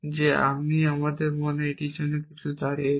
যে আমাদের মনে এটি কিছুর জন্য দাঁড়িয়েছে